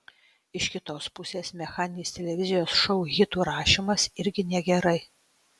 iš kitos pusės mechaninis televizijos šou hitų rašymas irgi negerai